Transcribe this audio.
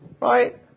Right